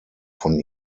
von